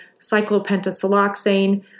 cyclopentasiloxane